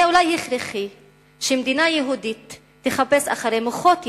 זה אולי הכרחי שמדינה יהודית תחפש אחרי מוחות יהודים.